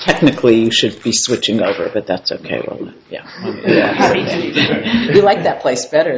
technically should be switching over but that's ok yeah yeah i like that place better